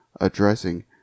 addressing